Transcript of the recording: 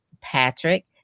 Patrick